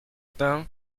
pain